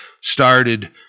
started